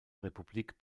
republik